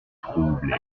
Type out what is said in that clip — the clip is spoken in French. trouble